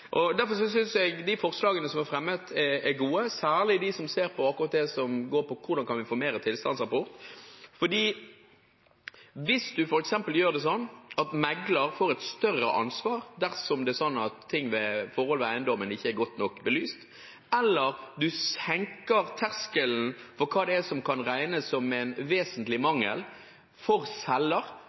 plass. Derfor synes jeg de forslagene som er fremmet, er gode, særlig det som går på hvordan vi kan få økt bruk av tilstandsrapport. For hvis man f.eks. gjør det slik at megler får et større ansvar dersom det er forhold ved eiendommen som ikke er godt nok belyst, eller man senker terskelen for hva som kan regnes som en vesentlig mangel for selger,